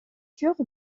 peintures